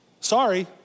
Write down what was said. Sorry